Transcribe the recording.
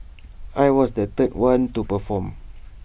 I was the third one to perform